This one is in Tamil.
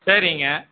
சரிங்க